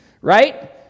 right